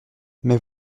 mais